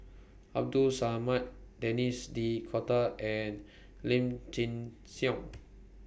Abdul Samad Denis D'Cotta and Lim Chin Siong